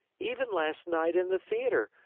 even last night in the theater,